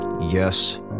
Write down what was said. Yes